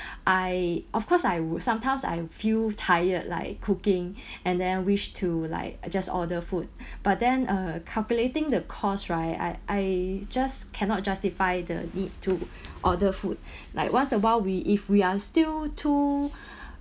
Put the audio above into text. I of course I would sometimes I feel tired like cooking and then wish to like I just order food but then uh calculating the cost right I I just cannot justify the need to order food like once a while we if we are still too